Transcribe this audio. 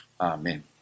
Amen